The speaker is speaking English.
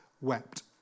wept